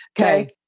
Okay